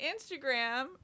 Instagram